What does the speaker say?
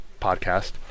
podcast